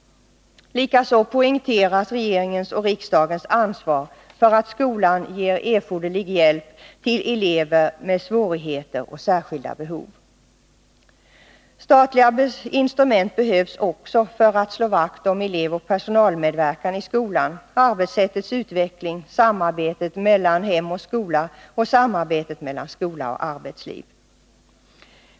Likaså poängteras regeringens och riksdagens ansvar för att skolan ger erforderlig hjälp till elever med svårigheter och särskilda behov. Statliga instrument behövs också för att slå vakt om elevoch personalmedverkan i skolan, arbetssättets utveckling, samarbetet mellan hem och skola och samarbetet mellan skola och arbetsliv.